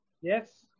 Yes